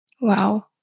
Wow